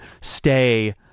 stay